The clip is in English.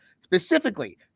Specifically